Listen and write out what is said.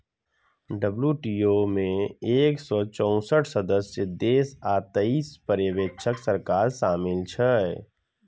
WTO मे एक सय चौंसठ सदस्य देश आ तेइस पर्यवेक्षक सरकार शामिल छै